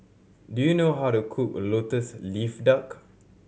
do you know how to cook Lotus Leaf Duck